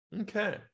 Okay